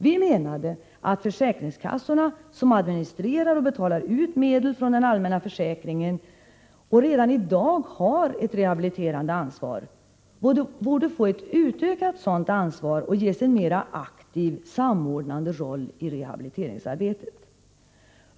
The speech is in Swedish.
Vi menade att försäkringskassorna, som administrerar och betalar ut medel från den allmänna försäkringen och som redan i dag har ett rehabiliterande ansvar, borde få ett utökat sådant ansvar och ges en mera aktiv, samordnande roll i rehabiliteringsarbetet.